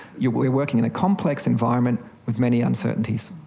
you're working in a complex environment with many uncertainties.